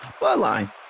Bloodline